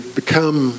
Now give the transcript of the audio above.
become